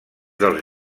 dels